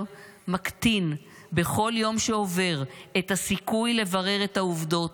מקטין בכל יום שעובר את הסיכוי לברר את העובדות,